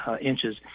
inches